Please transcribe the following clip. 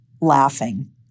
laughing